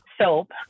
soap